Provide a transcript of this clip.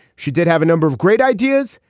she did have a number of great ideas.